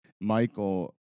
michael